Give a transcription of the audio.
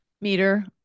meter